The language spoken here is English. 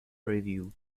review